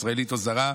ישראלית או זרה,